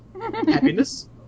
Happiness